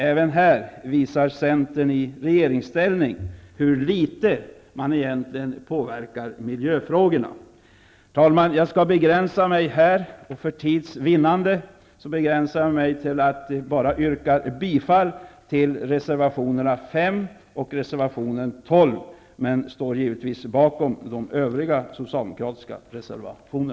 Även här visar Centern i regeringsställning hur litet man egentligen påverkar i miljöfrågorna. Herr talman! För tids vinnande nöjer jag mig med att yrka bifall till reservationerna 5 och 12. Givetvis står jag bakom övriga socialdemokratiska reservationer.